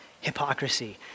Hypocrisy